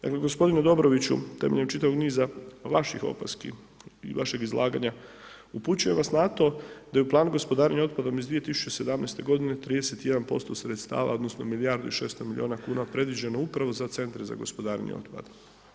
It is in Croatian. Dakle, gospodine Dobroviću, temeljem čitavih niza vaših opaski i vaših izlaganja, upućujem vas na to da je u planu gospodarenja otpadom iz 2017. 31% sredstava odnosno milijardu i 600 milijuna kn predviđeno upravo za centre za gospodarenjem otpadom.